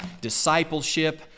discipleship